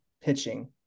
pitching